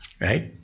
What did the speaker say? Right